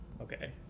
okay